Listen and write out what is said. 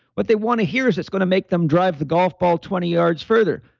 what they want to hear is it's going to make them drive the golf ball twenty yards further.